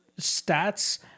stats